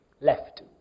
left